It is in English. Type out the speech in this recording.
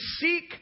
seek